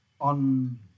on